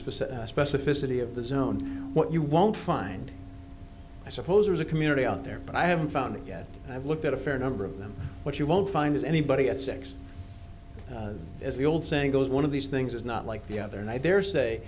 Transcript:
specific specificity of the zone what you won't find i suppose there's a community out there but i haven't found it yet i've looked at a fair number of them but you won't find anybody at six as the old saying goes one of these things is not like the other and i daresay